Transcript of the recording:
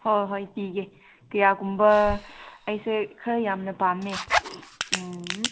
ꯍꯣꯏ ꯍꯣꯏ ꯀꯌꯥꯒꯨꯝꯕ ꯑꯩꯁꯦ ꯈꯔ ꯌꯥꯝꯅ ꯄꯥꯝꯃꯦ ꯎꯝ